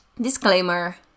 disclaimer